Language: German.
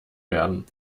werden